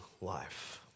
life